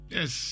Yes